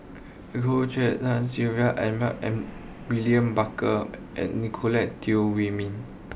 Goh En Sylvia Edmund William Barker and Nicolette Teo Wei Min